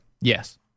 Yes